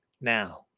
now